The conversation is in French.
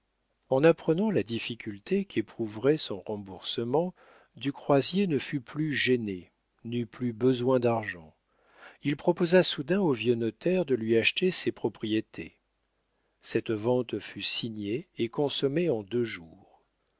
en apprenant la difficulté qu'éprouverait son remboursement du croisier ne fut plus gêné n'eut plus besoin d'argent il proposa soudain au vieux notaire de lui acheter ses propriétés cette vente fut signée et consommée en deux jours